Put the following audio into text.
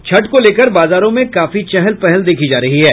छठ को लेकर बाजारों में काफी चहल पहल देखी जा रही है